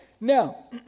Now